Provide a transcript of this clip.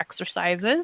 exercises